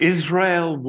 Israel